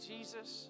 Jesus